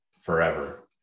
forever